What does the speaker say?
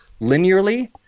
linearly